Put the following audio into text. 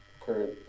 current